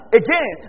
again